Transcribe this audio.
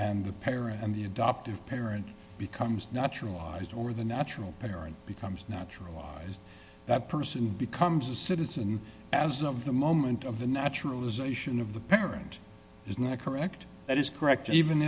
and the parent and the adoptive parent becomes naturalized or the natural parent becomes naturalized that person becomes a citizen and as of the moment of the naturalization of the parent is not correct that is correct even